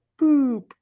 boop